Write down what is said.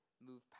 move